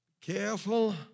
Careful